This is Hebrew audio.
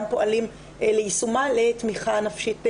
פועלים ליישומה לתמיכה נפשית לפרקליטים.